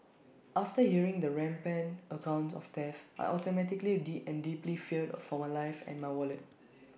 after hearing the rampant accounts of theft I automatically deep and deeply feared for my life and my wallet